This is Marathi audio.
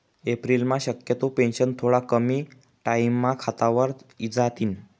एप्रिलम्हा शक्यतो पेंशन थोडा कमी टाईमम्हा खातावर इजातीन